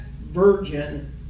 virgin